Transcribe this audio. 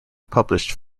published